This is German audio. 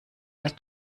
der